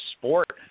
sport